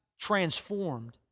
transformed